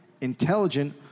intelligent